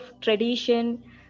tradition